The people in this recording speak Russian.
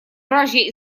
вражья